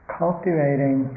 cultivating